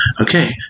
Okay